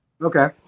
okay